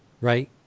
right